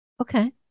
okay